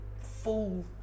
full